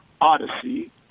odyssey